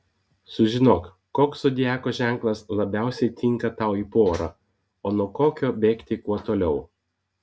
sužinok koks zodiako ženklas labiausiai tinka tau į porą o nuo kokio bėgti kuo toliau